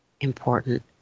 important